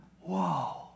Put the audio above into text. Whoa